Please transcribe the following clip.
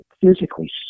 physically